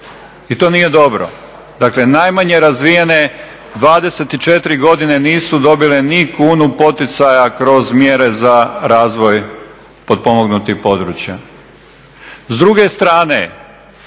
i to nije dobro. Dakle najmanje razvijene 24 godine nisu dobile ni kunu poticaja kroz mjere za razvoj potpomognutim područjem. S druge strane,